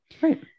right